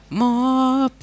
more